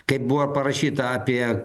kaip buvo parašyta apie